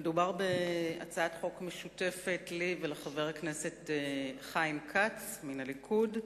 מדובר בהצעת חוק משותפת לי ולחבר הכנסת חיים כץ מן הליכוד,